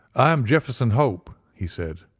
i am jefferson hope, he said.